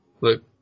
Look